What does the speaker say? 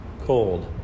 cold